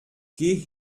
geh